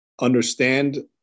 understand